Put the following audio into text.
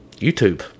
YouTube